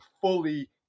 fully